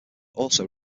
also